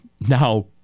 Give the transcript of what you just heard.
Now